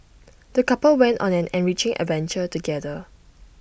the couple went on an enriching adventure together